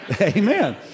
Amen